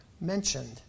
mentioned